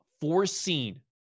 foreseen